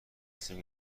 صمیم